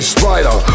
Spider